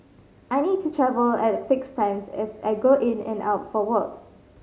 I need to travel at fixed times as I go in and out for work